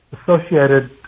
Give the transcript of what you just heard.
associated